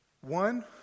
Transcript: One